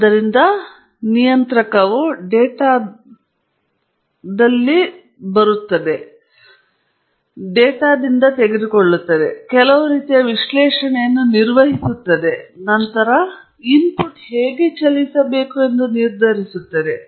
ಆದ್ದರಿಂದ ನಿಯಂತ್ರಕವು ಡೇಟಾದಲ್ಲಿ ತೆಗೆದುಕೊಳ್ಳುತ್ತಿದೆ ಕೆಲವು ರೀತಿಯ ವಿಶ್ಲೇಷಣೆಯನ್ನು ನಿರ್ವಹಿಸುತ್ತದೆ ಮತ್ತು ನಂತರ ಇನ್ಪುಟ್ ಹೇಗೆ ಚಲಿಸಬೇಕು ಎಂದು ನಿರ್ಧರಿಸುತ್ತದೆ